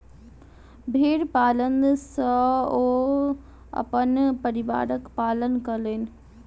भेड़ पालन सॅ ओ अपन परिवारक पालन कयलैन